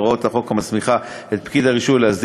הוראת החוק המסמיכה את פקיד הרישוי להסדיר